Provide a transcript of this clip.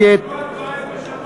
אדוני סגן השר,